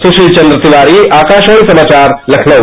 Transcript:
सुशील चन्द्र तिवारी आकाशवाणी समाचार लखनऊ